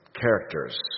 characters